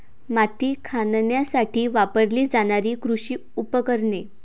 माती खणण्यासाठी वापरली जाणारी कृषी उपकरणे